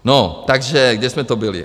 No, takže kde jsme to byli?